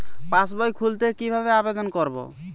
পাসবই খুলতে কি ভাবে আবেদন করব?